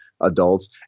adults